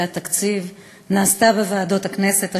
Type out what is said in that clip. התקציב נעשה בוועדות הכנסת השונות,